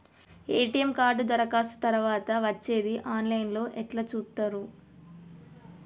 ATM card దరఖాస్తు తరువాత వచ్చేది ఆన్ లైన్ లో ఎట్ల చూత్తరు?